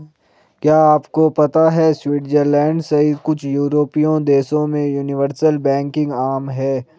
क्या आपको पता है स्विट्जरलैंड सहित कुछ यूरोपीय देशों में यूनिवर्सल बैंकिंग आम है?